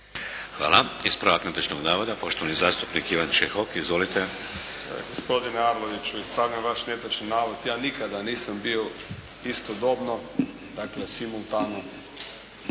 Hvala. Ispravak netočnog navoda, poštovani zastupnik Ivan Čehok. Izvolite. **Čehok, Ivan (HSLS)** Gospodine Arloviću ispravljam vaš netočni navod. Ja nikada nisam bio istodobno, dakle simultano